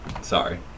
Sorry